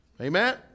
Amen